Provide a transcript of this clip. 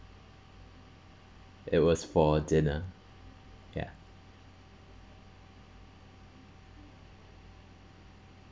it was for dinner ya